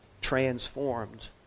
transformed